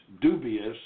dubious